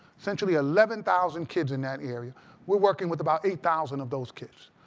essentially eleven thousand kids in that area. we are working with about eight thousand of those kids.